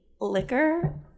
liquor